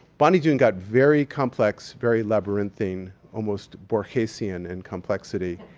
bonny doon got very complex, very labyrinthine, almost borgesian in complexity.